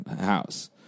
house